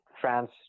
France